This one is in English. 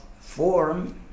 form